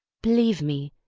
believe me,